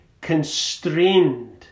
constrained